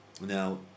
Now